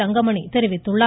தங்கமணி தெரிவித்துள்ளார்